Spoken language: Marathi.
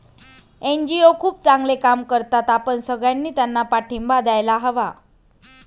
एन.जी.ओ खूप चांगले काम करतात, आपण सगळ्यांनी त्यांना पाठिंबा द्यायला हवा